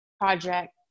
project